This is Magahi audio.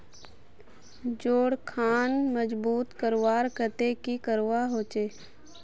जोड़ खान मजबूत करवार केते की करवा होचए?